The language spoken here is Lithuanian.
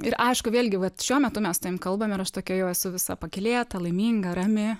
ir aišku vėlgi vat šiuo metu mes taip kalbame ir aš tokia jau esu visa pakylėta laiminga rami